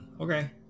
okay